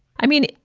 i mean,